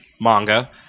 manga